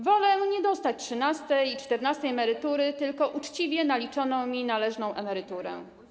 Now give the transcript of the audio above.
Wolę nie dostać trzynastej, czternastej emerytury, tylko uczciwie naliczoną należną mi emeryturę.